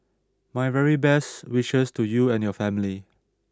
my very best wishes to you and your family